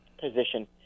position